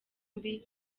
mbi